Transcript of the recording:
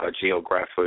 geographic